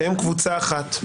שהם קבוצה אחת.